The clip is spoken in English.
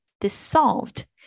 dissolved